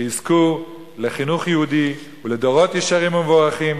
שיזכו לחינוך יהודי ולדורות ישרים ומבורכים,